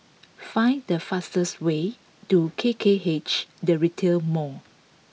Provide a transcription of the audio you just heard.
find the fastest way to K K H The Retail Mall